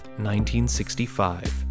1965